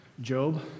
Job